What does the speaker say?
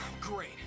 Great